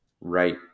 right